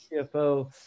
CFO